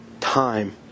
time